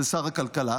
זה שר הכלכלה,